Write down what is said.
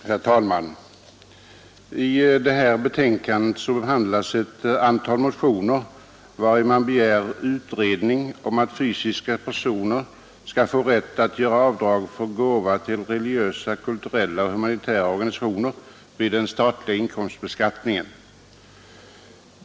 Herr talman! I förevarande betänkande behandlas ett antal motioner vari man begär utredning om rätt för fysiska personer att göra avdrag för gåva till religiösa, kulturella och humanitära organisationer vid den statliga inkomstbeskattningen.